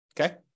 Okay